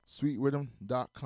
SweetRhythm.com